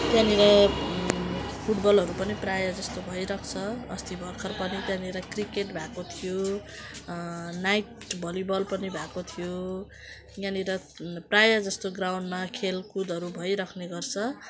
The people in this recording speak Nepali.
त्यहाँनिर फुटबलहरू पनि प्रायःजस्तो भइराख्छ अस्ति भर्खर पनि त्यहाँनिर क्रिकेट भएको थियो नाइट भलिबल पनि भएको थियो यहाँनिर प्रायःजस्तो ग्राउन्डमा खेलकुदहरू भइराख्ने गर्छ